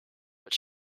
but